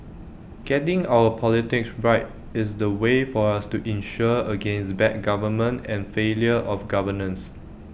getting our politics right is the way for us to insure against bad government and failure of governance